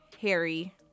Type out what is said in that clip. Harry